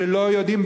שלא יודעים,